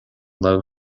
low